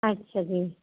ਅੱਛਾ ਜੀ